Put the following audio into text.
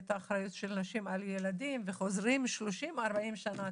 ואת האחריות של נשים על ילדים וחוזרים 30-40 שנה,